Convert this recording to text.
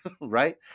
right